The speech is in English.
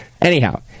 Anyhow